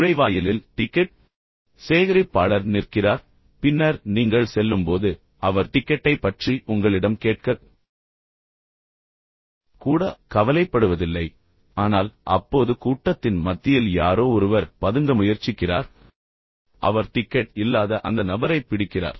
நுழைவாயிலில் டிக்கெட் சேகரிப்பாளர் நிற்கிறார் பின்னர் நீங்கள் செல்லும்போது அவர் டிக்கெட்டைப் பற்றி உங்களிடம் கேட்கக் கூட கவலைப்படுவதில்லை ஆனால் அப்போது கூட்டத்தின் மத்தியில் யாரோ ஒருவர் பதுங்க முயற்சிக்கிறார் அவர் டிக்கெட் இல்லாத அந்த நபரைப் பிடிக்கிறார்